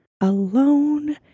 alone